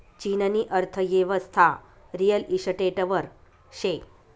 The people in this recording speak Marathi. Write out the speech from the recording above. चीननी अर्थयेवस्था रिअल इशटेटवर शे